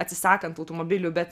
atsisakant automobilių bet